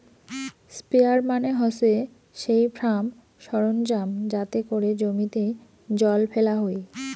sprayer মানে হসে সেই ফার্ম সরঞ্জাম যাতে করে জমিতে জল ফেলা হই